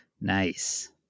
Nice